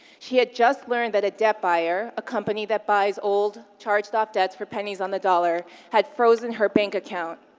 she had just learned that a debt buyer, a company that buys old, charged-off debts for pennies on the dollar, had frozen her bank account.